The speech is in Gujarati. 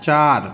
ચાર